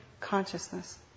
consciousness